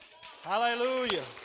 Hallelujah